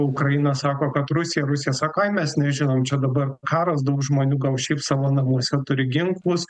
ukraina sako kad rusija rusija sako ai mes nežinom čia dabar karas daug žmonių gal šiaip savo namuose turi ginklus